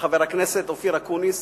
וחבר הכנסת אופיר אקוניס,